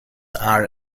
are